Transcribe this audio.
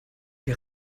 wir